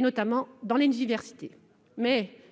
notamment dans les universités.